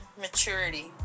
Maturity